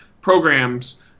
programs